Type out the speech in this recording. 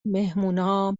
مهمونها